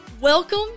welcome